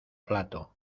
flato